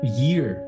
year